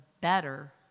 better